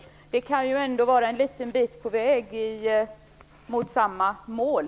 Det kan ändå vara en liten bit på väg mot samma mål.